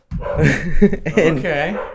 okay